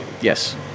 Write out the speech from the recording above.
Yes